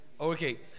Okay